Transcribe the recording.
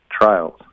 trials